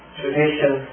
tradition